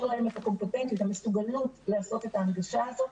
להם את המסוגלות לעשות את ההנגשה הזאת.